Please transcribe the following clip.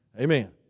Amen